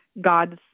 God's